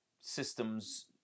systems